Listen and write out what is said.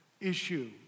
issue